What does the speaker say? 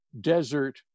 desert